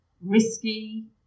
risky